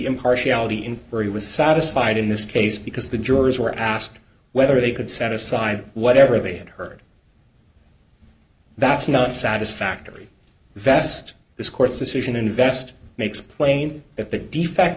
impartiality inquiry was satisfied in this case because the jurors were asked whether they could set aside whatever they had heard that's not satisfactory vest this court's decision invest makes plain if that defect